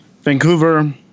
Vancouver